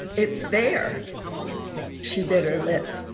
it's there she bit her lip.